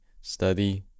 study